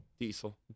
Diesel